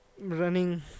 running